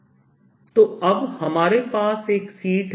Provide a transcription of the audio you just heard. तो अब हमारे एक पास शीट है